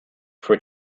for